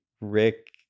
Rick